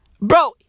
Bro